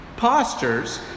postures